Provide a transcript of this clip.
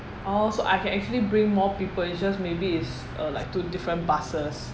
oh so I can actually bring more people it's just maybe it's uh like two different buses